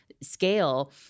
scale